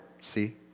see